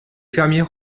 fermiers